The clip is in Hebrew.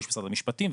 משרד המשפטים,